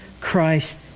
Christ